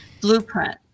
blueprint